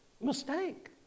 mistake